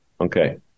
Okay